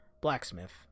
blacksmith